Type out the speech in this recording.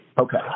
Okay